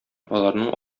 аларның